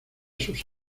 sus